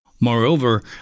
Moreover